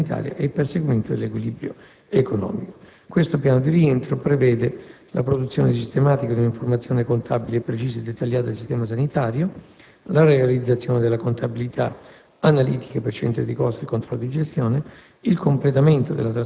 concernente il cosiddetto piano di rientro per il contenimento della spesa sanitaria e il perseguimento dell'equilibrio economico. Questo piano di rientro prevede la produzione sistematica di un'informazione contabile precisa e dettagliata del sistema sanitario; la realizzazione della contabilità